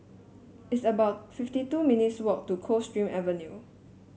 it's about fifty two minutes' walk to Coldstream Avenue